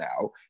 now